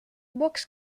box